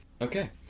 Okay